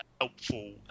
helpful